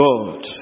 God